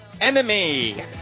Enemy